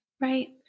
Right